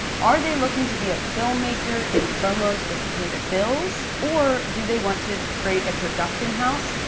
are they looking to be a filmmaker, and promos just pay the bills? or do they want to create a production house?